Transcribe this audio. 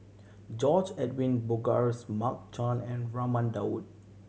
George Edwin Bogaars Mark Chan and Raman Daud